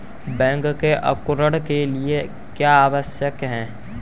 बीज के अंकुरण के लिए क्या आवश्यक है?